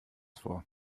vor